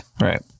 right